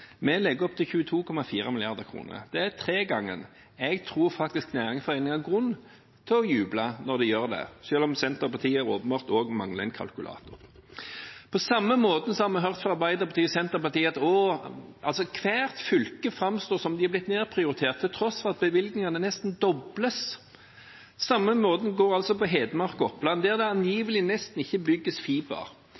Vi legger opp til 22,4 mrd. kr. Det er tre ganger så mye. Jeg tror Næringsforeningen har grunn til å juble når de gjør det, selv om Senterpartiet også åpenbart mangler en kalkulator. På samme måte har Arbeiderpartiet og Senterpartiet fått det til å framstå som om hvert fylke har blitt nedprioritert, til tross for at bevilgningene nesten dobles. Det samme gjelder for Hedmark og Oppland, hvor det